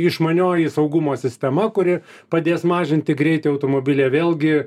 išmanioji saugumo sistema kuri padės mažinti greitį automobilyje vėlgi